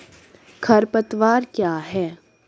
खरपतवार क्या है?